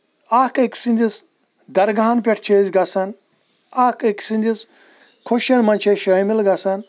اکھ أکۍ سٕنٛدس درگاہَن پٮ۪ٹھ چھِ أسۍ گژھان اکھ أکۍ سٕنٛدِس خوشین منٛز چھِ أسۍ شٲمِل گژھان